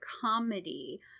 comedy